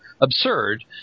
absurd